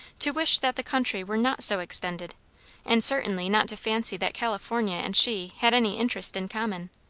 to wish that the country were not so extended and certainly not to fancy that california and she had any interest in common.